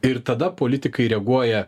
ir tada politikai reaguoja